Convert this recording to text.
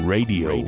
Radio